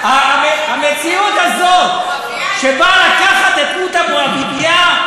המציאות הזאת שבאה לקחת את רות המואבייה,